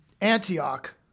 Antioch